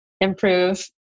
improve